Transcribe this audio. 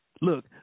Look